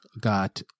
got